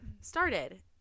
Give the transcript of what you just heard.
started